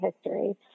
history